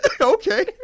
Okay